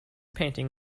painting